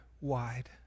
wide